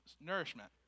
nourishment